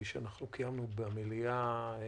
נדמה לי שקיימנו במליאת הוועדה